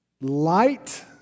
light